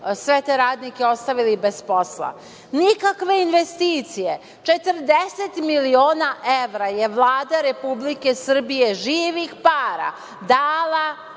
sve te radnike ostavili bez posla, nikakve investicije. Četrdeset miliona evra je Vlada Republike Srbije živih para dala